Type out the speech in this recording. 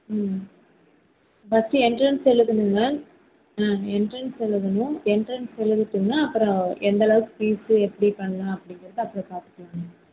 ம் first entrance எழுதணுங்க ஆ என்ட்ரன்ஸ் எழுதணும் என்ட்ரன்ஸ் எழுதிட்டுங்க அப்புறோம் எந்தளவுக்கு ஃபீஸு எப்படி பண்ணலாம் அப்படிங்கிறத அப்புறோம் பார்த்துக்கலாங்க